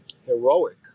heroic